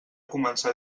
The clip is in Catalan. començar